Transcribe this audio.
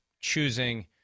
choosing